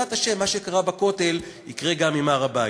בעזרת השם, מה שקרה בכותל יקרה גם עם הר-הבית.